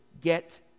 get